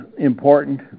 important